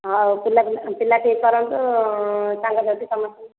ହଁ ଆଉ ପିଲା ପିଲା ଠିକ୍ କରନ୍ତୁ ସାଙ୍ଗ ସାଥି ସମସ୍ତଙ୍କୁ